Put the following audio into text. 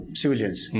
civilians